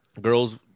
Girls